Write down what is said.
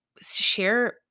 share